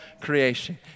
creation